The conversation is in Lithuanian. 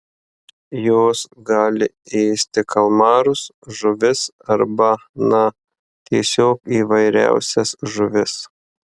jos gali ėsti kalmarus žuvis arba na tiesiog įvairiausias žuvis